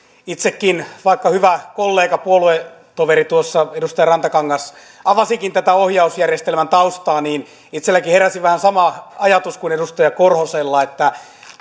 vaikka hyvä kollega puoluetoveri edustaja rantakangas tuossa avasikin tätä ohjausjärjestelmän taustaa niin itsellänikin heräsi vähän sama ajatus kuin edustaja korhosella että